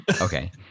okay